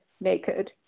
naked